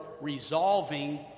Resolving